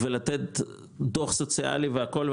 לתת דוח סוציאלי והכל?